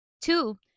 Two